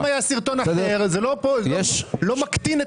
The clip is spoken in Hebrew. אם היה סרטון אחר זה לא מקטין את